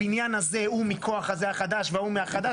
הבניין הזה הוא מהחדש וההוא מהחדש,